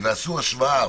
עשו השוואה.